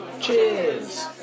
Cheers